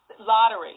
Lottery